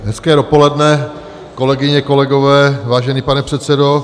Hezké dopoledne, kolegyně, kolegové, vážený pane předsedo.